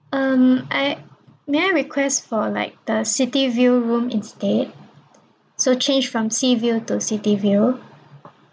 um I may I request for like the city view room instead so change from sea view to city view